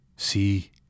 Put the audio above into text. See